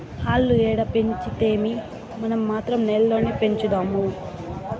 ఆల్లు ఏడ పెంచితేమీ, మనం మాత్రం నేల్లోనే పెంచుదాము